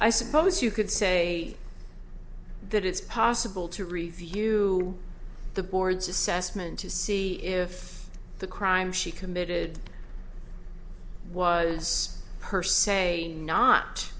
i suppose you could say that it's possible to review the board's assessment to see if the crime she committed was per se not